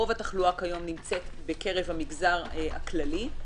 רוב התחלואה כיום נמצאת בקרב המגזר הכללי.